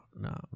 No